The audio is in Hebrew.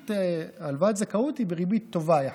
הלוואת זכאות היא בריבית טובה יחסית,